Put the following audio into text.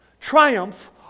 triumph